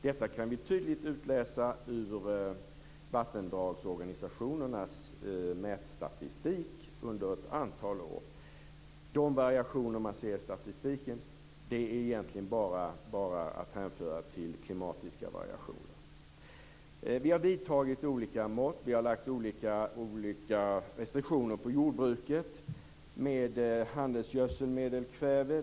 Detta kan vi tydligt utläsa ur vattendragsorganisationernas mätstatistik under ett antal år. De variationer vi ser i statistiken är egentligen bara att hänföra till klimatvariationer. Vi har vidtagit olika mått. Vi har lagt olika restriktioner på jordbuket vad gäller handelsgödsel och kväve.